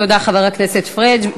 תודה, חבר הכנסת פריג'.